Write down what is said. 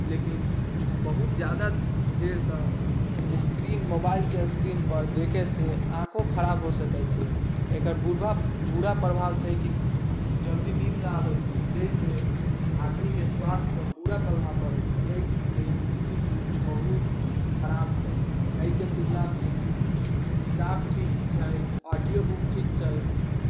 लेकिन बहुत जादा देर तक स्क्रीन मोबाइलके स्क्रीनपर देखैसँ आँखो खराब हो सकै छै एकर बूबरा बुरा प्रभाव छै की जल्दी नींद नहि आबै छै जैसे आदमीके स्वास्थ्यपर बुरा प्रभाव पड़ै छै अइके लेल इबुक बहुत खराब छै अइके तुलनामे किताब ठीक छै ऑडिओ बुक ठीक छै